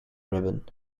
ribbon